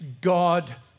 God